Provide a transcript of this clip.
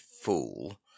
fool